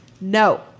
no